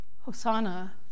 Hosanna